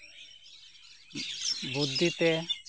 ᱵᱩᱫᱽᱫᱷᱤᱛᱮ